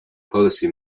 policy